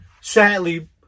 Sadly